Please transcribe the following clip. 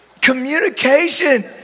communication